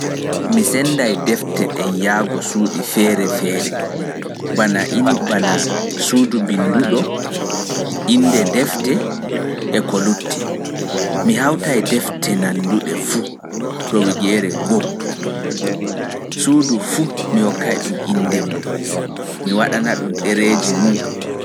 Mi sendai defte ɗen yaago suuɗi feere-feere bana suudu mbinnduɗo deftere nde, Inɗeeji defte. Mi hautai defte nanduɗe fu. Mi hokkai suuɗjiji ɗin inlleeji kaanduɗi.